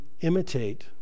imitate